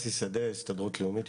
אני מן ההסתדרות הלאומית,